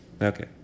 Okay